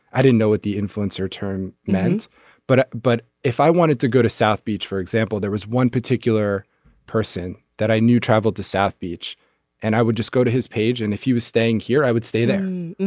i didn't know what the influencer term meant but. but if i wanted to go to south beach for example there was one particular person that i knew traveled to south beach and i would just go to his page and if he was staying here i would stay there.